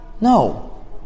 No